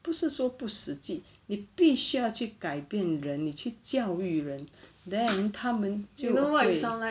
不是说不实际你必须要去改变人你去教育人 then 他们就会